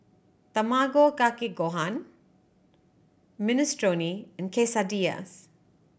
Tamago Kake Gohan Minestrone and Quesadillas